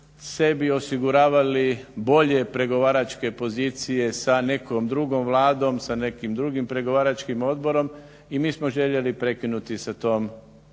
sebi osiguravali bolje pregovaračke pozicije sa nekom drugom vladom sa nekim drugim pregovaračkim odborom i mi smo željeli prekinuti sa tom